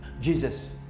Jesus